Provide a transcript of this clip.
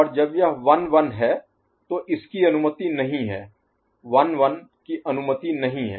और जब यह 1 1 है तो इसकी अनुमति नहीं है 1 1 की अनुमति नहीं है